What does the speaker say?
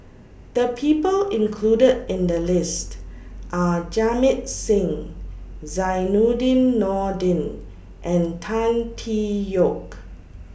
The People included in The list Are Jamit Singh Zainudin Nordin and Tan Tee Yoke